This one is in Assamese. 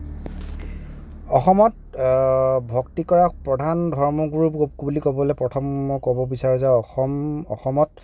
অসমত ভক্তি কৰা প্ৰধান ধৰ্মগুৰু বুলি ক'বলে প্ৰথম মই ক'ব বিচাৰো যে অসম অসমত